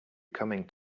coming